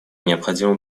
необходимо